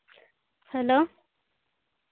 hello